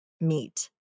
meet